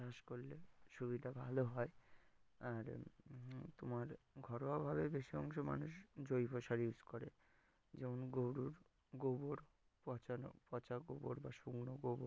চাষ করলে সুবিধা ভালো হয় আর তোমার ঘরোয়া ভাবে বেশি অংশ মানুষ জৈব সার ইউজ করে যেমন গরুর গোবর পচানো পচা গোবর বা শুকনো গোবর